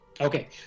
Okay